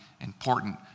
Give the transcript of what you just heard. important